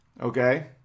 Okay